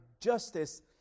justice